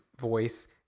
voice